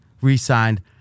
re-signed